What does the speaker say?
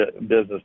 business